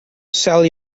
sell